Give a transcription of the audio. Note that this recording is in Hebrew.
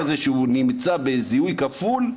דבר.